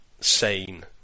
sane